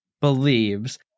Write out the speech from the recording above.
believes